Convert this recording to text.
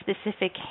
specific